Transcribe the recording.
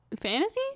fantasy